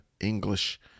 English